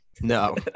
no